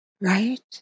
Right